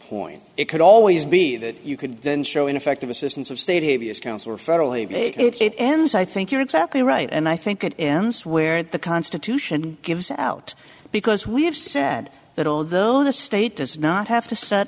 point it could always be that you could then show ineffective assistance of state a v s counsel or federally but it ends i think you're exactly right and i think it ends where the constitution gives out because we have said that although the state does not have to set